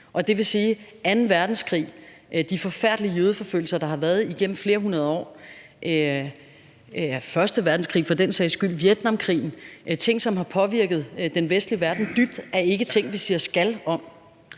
Det vil sige, at anden verdenskrig og de forfærdelige jødeforfølgelser, der har været igennem flere hundrede år, og for den sags skyld første verdenskrig og Vietnamkrigen, altså ting, som har påvirket den vestlige verden dybt, ikke er ting, som vi siger »skal« om.